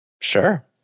sure